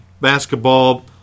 basketball